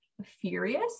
furious